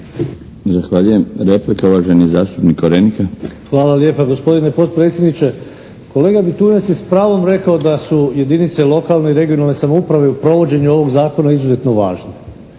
Zahvaljujem. Replika uvaženi zastupnik Korenika. **Korenika, Miroslav (SDP)** Hvala lijepa gospodine podpredsjedniče. Kolega Bitunjac je s pravom rekao da su jedinice lokalne i regionalne samouprave u provođenju ovog Zakona izuzetno važne.